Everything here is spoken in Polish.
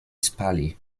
spali